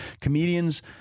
comedians